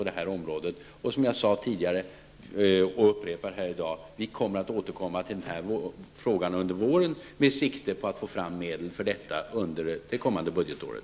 Jag upprepar vad jag sade tidigare, nämligen att vi kommer att återkomma till frågan under våren med sikte på att få fram medel för detta under det kommande budgetåret.